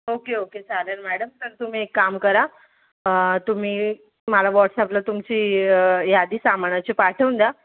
okay okay चालेल madam तर तुम्ही एक काम करा तुम्ही मला वॉट्सअपला तुमची यादी सामानाची पाठवून द्या